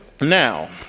now